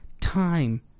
time